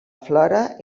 flora